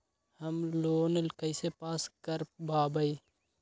Home loan कैसे pass कर बाबई?